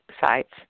sites